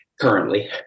currently